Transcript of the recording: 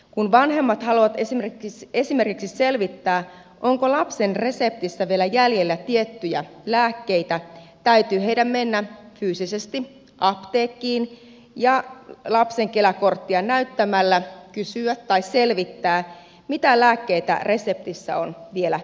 kun vanhemmat haluavat esimerkiksi selvittää onko lapsen reseptissä vielä jäljellä tiettyjä lääkkeitä täytyy heidän mennä fyysisesti apteekkiin ja lapsen kela korttia näyttämällä kysyä tai selvittää mitä lääkkeitä reseptissä on vielä jäljellä